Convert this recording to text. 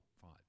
five